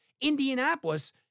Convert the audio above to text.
Indianapolis